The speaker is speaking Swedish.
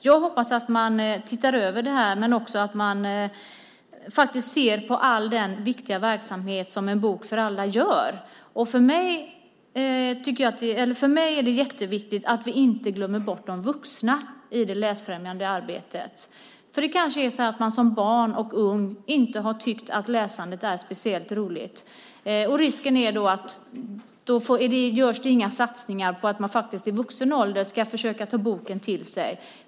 Jag hoppas att man tittar över detta och att man ser på all den viktiga verksamhet som En bok för alla gör. För mig är det jätteviktigt att vi inte glömmer bort de vuxna i det läsfrämjande arbetet. Som barn och ung kanske man inte har tyckt att läsandet är speciellt roligt. Risken är att det inte görs några satsningar på att man i vuxen ålder ska försöka ta boken till sig.